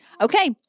Okay